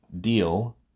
deal